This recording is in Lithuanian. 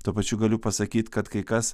tuo pačiu galiu pasakyt kad kai kas